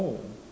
oh